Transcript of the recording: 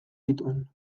zituen